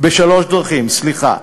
סליחה,